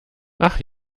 ach